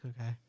okay